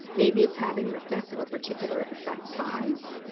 maybe it's having an effect of a particular effect size.